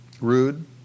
rude